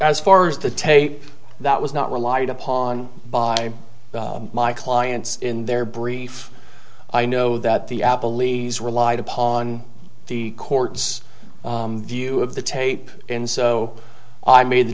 as far as the tape that was not relied upon by my clients in their brief i know that the apple lees relied upon the court's view of the tape and so i made the